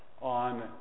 on